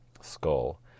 skull